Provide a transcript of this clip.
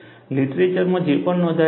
લીટરેચરમાં જે પણ નોંધાયેલું છે